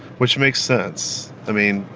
which makes sense, i mean,